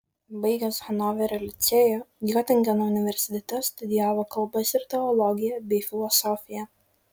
baigęs hanoverio licėjų giotingeno universitete studijavo kalbas ir teologiją bei filosofiją